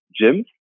gyms